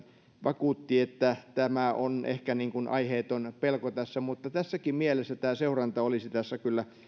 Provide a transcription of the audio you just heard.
vakuutti että tämä on ehkä aiheeton pelko mutta tässäkin mielessä seuranta olisi kyllä